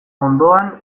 ondoan